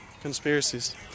Conspiracies